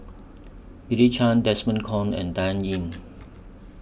Chen Desmond Kon and Dan Ying